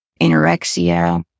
anorexia